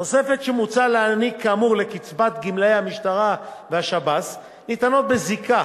תוספות שמוצע להעניק כאמור לקצבת גמלאי המשטרה והשב"ס ניתנות בזיקה